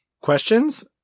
questions